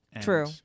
True